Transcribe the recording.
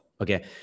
Okay